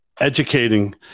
educating